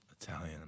Italian